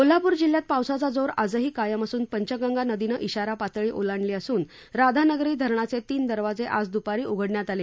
कोल्हापुर जिल्ह्यात पावसाचा जोर आजही कायम असुन पंचगंगा नदीनं शारा पातळी ओलांडली असुन राधानगरी धरणाचे तीन दरवाजे आज दुपारी उघडण्यात आले